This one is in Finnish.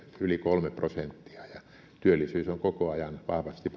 yli kolme prosenttia ja työllisyys on koko ajan vahvasti